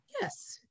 yes